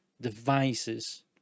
devices